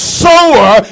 sower